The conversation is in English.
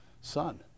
son